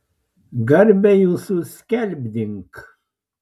garbę jūsų skelbdink